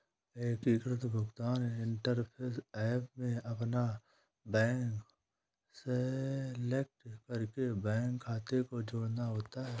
एकीकृत भुगतान interface app में अपना बैंक सेलेक्ट करके बैंक खाते को जोड़ना होता है